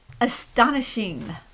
astonishing